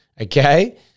Okay